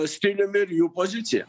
stiliumi ir jų pozicija